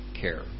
care